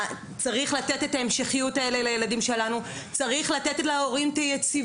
צריכים להעניק לילדים שלנו המשכיות, ויציבות,